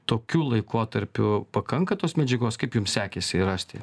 tokiu laikotarpiu pakanka tos medžiagos kaip jums sekėsi rast ją